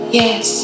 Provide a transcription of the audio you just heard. yes